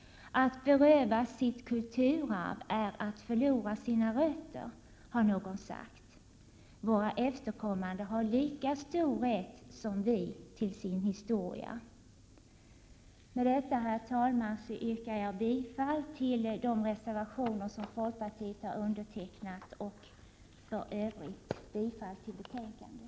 Att berövas sitt kulturarv är att förlora sina rötter, har någon sagt. Våra efterkommande har lika stor rätt som vi till sin historia. Med detta, herr talman, yrkar jag bifall till de reservationer som folkpartiet har undertecknat och i övrigt bifall till utskottets hemställan.